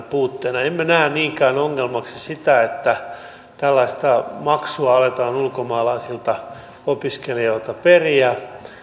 emme näe niinkään ongelmaksi sitä että tällaista maksua aletaan ulkomaalaisilta opiskelijoilta periä